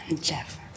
Jeff